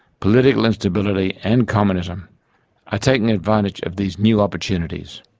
political instability and communism are taking advantage of these new opportunities,